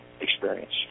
experience